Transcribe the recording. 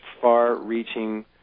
far-reaching